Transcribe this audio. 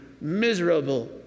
miserable